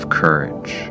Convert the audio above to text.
courage